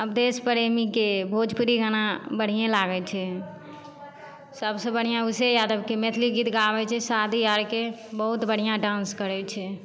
अवधेश प्रेमीके भोजपुरी गाना बढ़िएँ लागै छै सबसँ बढ़िआँ उषे यादवके मैथिली गीत गाबै छै शादी आओरके बहुत बढ़िआँ डान्स करै छै